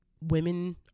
women